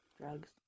Drugs